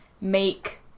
make